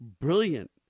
brilliant